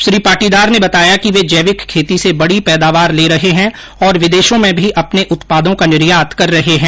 श्री पाटीदार ने बताया कि वे जैविक खेती से बड़ी पैदावार ले रहे हैं और विदेशों में भी अपने उत्पादों का निर्यात कर रहे हैं